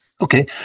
Okay